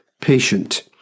patient